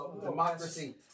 Democracy